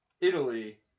Italy